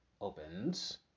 opens